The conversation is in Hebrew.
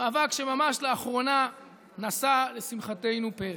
מאבק שממש לאחרונה נשא פרי, לשמחתנו.